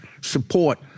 support